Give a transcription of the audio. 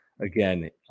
Again